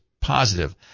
positive